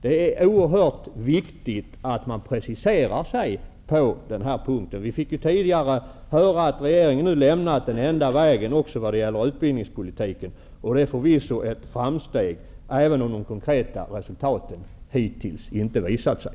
Det är oerhört viktigt att man preciserar sig på den här punkten. Vi fick tidigare höra att regeringen har lämnat den enda vägen också när det gäller utbildningspolitiken. Det är förvisso ett framsteg, även om några konkreta resultat hittills inte har visat sig.